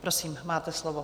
Prosím, máte slovo.